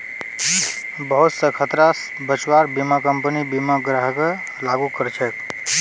बहुत स खतरा स बचव्वार बीमा कम्पनी बीमा ग्राहकक लागू कर छेक